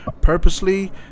purposely